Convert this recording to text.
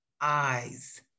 eyes